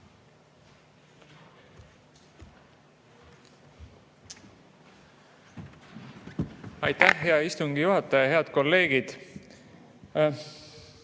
Aitäh, hea istungi juhataja! Head kolleegid!